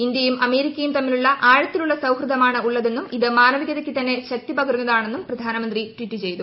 ഇന്ത്യയും അമേരിക്കയും തമ്മിൽ ആഴത്തിലുള്ള സൌഹൃദമാണ് ഉള്ളതെന്നും ഇത് മാനവികതയ്ക്ക് തന്നെ ശക്തി പകരുന്നതാണെന്നും പ്രധാനമന്ത്രി ട്വീറ്റ് ചെയ്തു